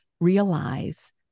realize